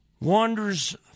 wanders